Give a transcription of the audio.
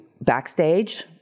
backstage